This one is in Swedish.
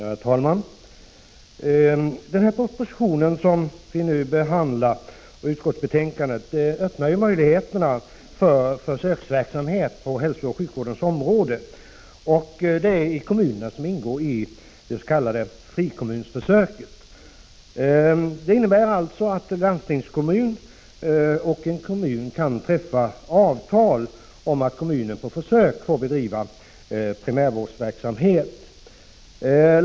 Herr talman! Den proposition och det utskottsbetänkande som vi nu behandlar öppnar möjligheter för försöksverksamhet på hälsooch sjukvårdens område i de kommuner som ingår i det s.k. frikommunsförsöket. En landstingskommun och en kommun kan träffa avtal om att kommunen på försök får bedriva primärvårdsverksamhet.